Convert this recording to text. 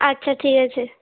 আচ্ছা ঠিক আছে